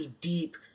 deep